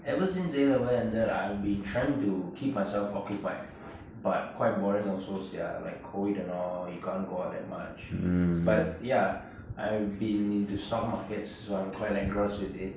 ever since A level ended I've been trying to keep myself occupied but quite boring also sia like COVID and all you can't go out that much but ya I've been into stock markets so I'm quite engrossed in it